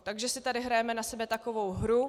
Takže si tady hrajeme na sebe takovou hru.